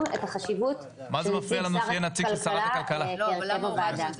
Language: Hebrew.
את החשיבות של נציג שר הכלכלה בהרכב הוועדה.